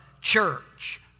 church